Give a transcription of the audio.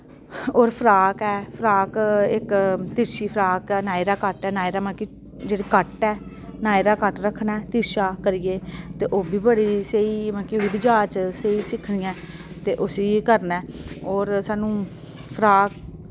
होर फ्राक ऐ फ्राक इक तिरछी फ्राक नायरा कट नायरा मतलब कि जेह्ड़ी कट ऐ नायरा कट रक्खना ऐ तिरछा करियै ते ओह् बि बड़ी स्हेई मतलब कि उ'दी बी जाच स्हेई सिक्खनी ऐ ते उस्सी करना ऐ और सानूं फ्राक